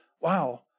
wow